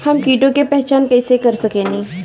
हम कीटों की पहचान कईसे कर सकेनी?